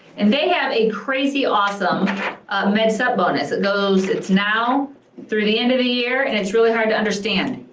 and they have a crazy awesome med sub on this, it goes, it's now through the end of the year, and it's really hard to understand.